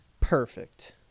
perfect